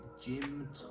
Jim